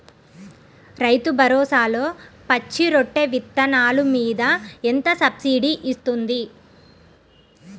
రైతు భరోసాలో పచ్చి రొట్టె విత్తనాలు మీద ఎంత సబ్సిడీ ఇస్తుంది?